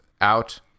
out